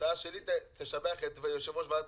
ההצעה שלי: תשבח את יושב-ראש ועדת